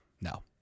no